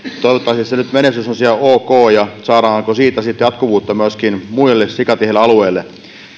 toivottavasti se menestys olisi ihan ok ja saadaan siitä jatkuvuutta myöskin muille sikatiheille alueille